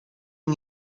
już